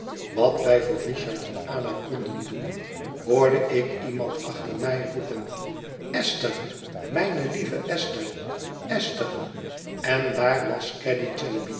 wat wij voor richard en ada konden doen hoorde ik iemand achter mij roepen esther mijne lieve esther esther en daar was